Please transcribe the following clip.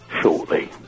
shortly